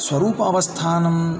स्वरूप अवस्थानं